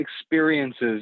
experiences